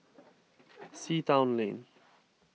Sea Town Lane